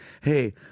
hey